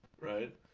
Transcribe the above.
right